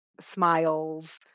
smiles